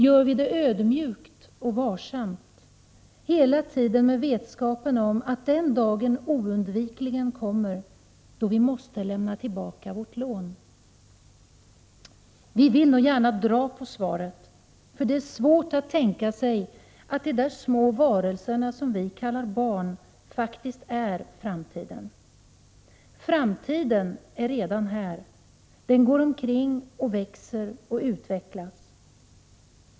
Gör vi det ödmjukt och varsamt, hela tiden med vetskapen om att den dagen oundvikligen kommer då vi måste lämna tillbaka vårt lån? Vi vill nog gärna dra på svaret, för det är svårt att tänka sig att de där små varelserna, som vi kallar barn, faktiskt är framtiden. Framtiden är redan här, den går omkring och växer och utvecklas.